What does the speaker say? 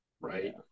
right